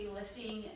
lifting